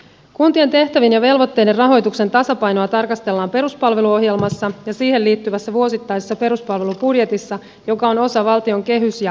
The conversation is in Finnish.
kuntien tehtävien ja velvoitteiden rahoituksen tasapainoa tarkastellaan peruspalveluohjelmassa ja siihen liittyvässä vuosittaisessa peruspalvelubudjetissa joka on osa valtion kehys ja talousarviomenettelyä